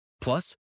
Plus